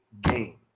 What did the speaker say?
game